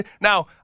Now